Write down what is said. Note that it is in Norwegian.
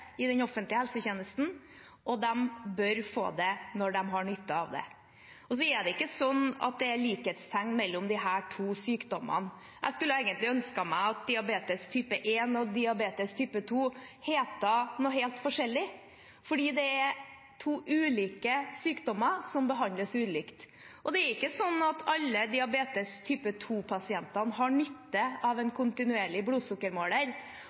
i den offentlige helsetjenesten, og de bør få det når de har nytte av det. Det er ikke likhetstegn mellom disse to sykdommene. Jeg skulle egentlig ønsket at diabetes type 1 og diabetes type 2 hadde hett noe helt forskjellig. Det er to ulike sykdommer som behandles ulikt. Det er ikke slik at alle diabetes type 2-pasienter har nytte av en kontinuerlig blodsukkermåler,